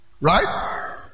Right